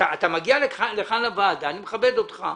אתה מגיע לכאן לוועדה, אני מכבד אותך,